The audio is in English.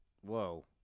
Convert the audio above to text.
Whoa